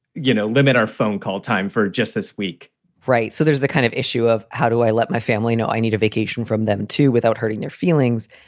you know, limit our phone call time for just this week right. so there's the kind of issue of how do i let my family know i need a vacation from them, too, without hurting their feelings?